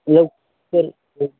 लवकर सर